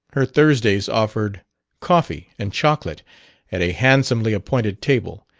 her thursdays offered coffee and chocolate at a handsomely appointed table,